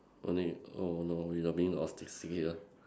only oh no you like being autistic here